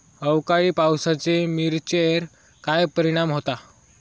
अवकाळी पावसाचे मिरचेर काय परिणाम होता?